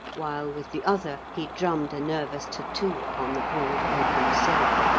while with the other he drummed a nervous tattoo upon the broad oaken sill.